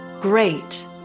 great